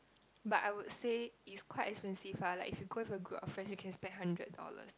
but I would say is quite expensive ah like if you go with a group of friends you can spend hundred dollars